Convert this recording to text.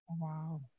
Wow